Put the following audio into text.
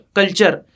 culture